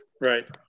Right